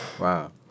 Wow